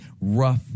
rough